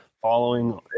following